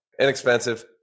Inexpensive